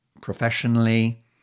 professionally